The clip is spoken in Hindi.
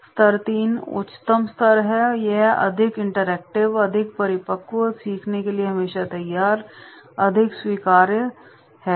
स्तर III उच्चतम स्तर है यह अधिक इंटरैक्टिव अधिक परिपक्व सीखने के लिए हमेशा तैयार अधिक स्वीकार्य है